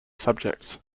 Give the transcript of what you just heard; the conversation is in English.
subjects